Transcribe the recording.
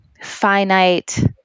finite